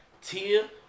Tia